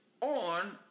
on